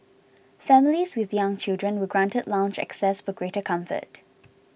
families with young children were granted lounge access for greater comfort